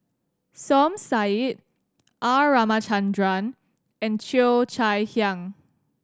Som Said R Ramachandran and Cheo Chai Hiang